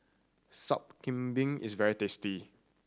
Sup Kambing is very tasty